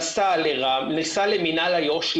נסע למינהל איו"ש,